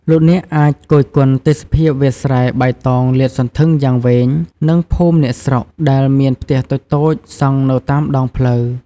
លោកអ្នកអាចគយគន់ទេសភាពវាលស្រែបៃតងលាតសន្ធឹងយ៉ាងវែង និងភូមិអ្នកស្រុកដែលមានផ្ទះតូចៗសង់នៅតាមដងផ្លូវ។